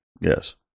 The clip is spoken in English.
Yes